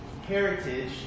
heritage